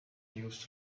news